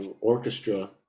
orchestra